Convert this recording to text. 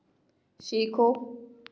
सीखो